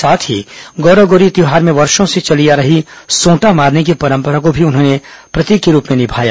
साथ ही गौरा गौरी त्यौहार में वर्षों से चली आ रही सोंटा मारने की पंरपरा को भी प्रतीक के रूप में निभाया